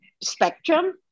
spectrum